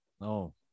no